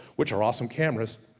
which are awesome camera's.